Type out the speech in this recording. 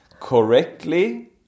correctly